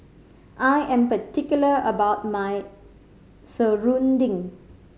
I am particular about my serunding